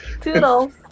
Toodles